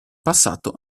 passato